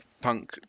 Punk